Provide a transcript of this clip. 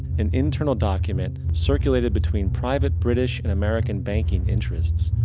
an internal document circulated between private british and american banking interests,